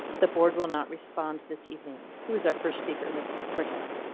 the board will not respond this evening. who is our first speaker? ms cortez.